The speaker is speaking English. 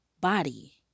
body